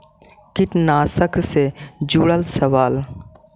कीटनाशक से जुड़ल सवाल?